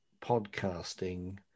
podcasting